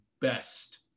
best